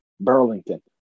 Burlington